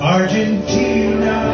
Argentina